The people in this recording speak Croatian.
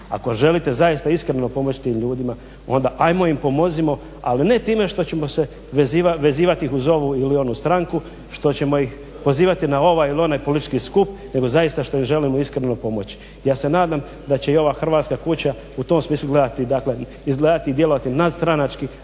Ako želite zaista iskreno pomoći tim ljudima onda ajmo im pomuzimo ali ne time što ćemo se vezivati uz ovu ili onu stranku što ćemo ih pozivati na ovaj ili onaj politički skup nego zaista što im želimo iskreno pomoći. Ja se nadam da će i ova Hrvatska kuća u tom smislu gledati dakle, izgledati i djelovati nadstranački